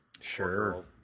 Sure